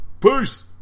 Peace